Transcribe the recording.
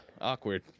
Awkward